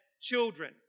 children